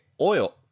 oil